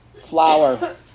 flower